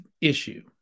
issue